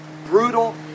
brutal